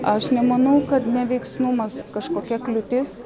aš nemanau kad neveiksnumas kažkokia kliūtis